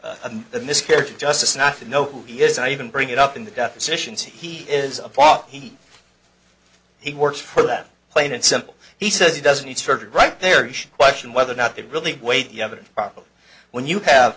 a miscarriage of justice not to know who he is and even bring it up in the deposition is he is a pot heat he works for them plain and simple he says he doesn't need surgery right there you should question whether or not they really wait you have a problem when you have